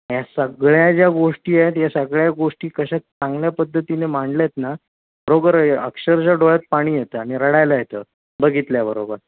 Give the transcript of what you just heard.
ह्या सगळ्या ज्या गोष्टी आहेत या सगळ्या गोष्टी कशात चांगल्या पद्धतीने मांडल्या आहेत ना खरोखर अक्षरशः डोळ्यात पाणी येतं आणि रडायला येतं बघितल्याबरोबर